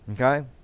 Okay